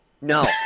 No